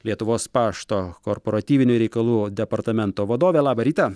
lietuvos pašto korporatyvinių reikalų departamento vadovė labą rytą